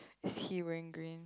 is he wearing green